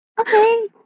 Okay